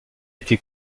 été